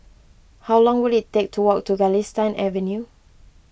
how long will it take to walk to Galistan Avenue